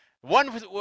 one